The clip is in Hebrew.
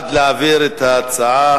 בעד להעביר את ההצעה